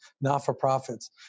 not-for-profits